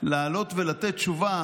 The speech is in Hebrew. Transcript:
לעלות ולתת תשובה